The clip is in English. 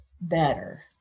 better